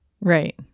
Right